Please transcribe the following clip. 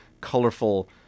colorful